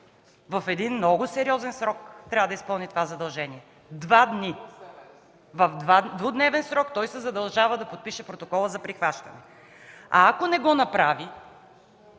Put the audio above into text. в един много сериозен срок трябва да изпълни това задължение – два дни. В двудневен срок той се задължава да подпише протокола за прихващане. Ако не го направи,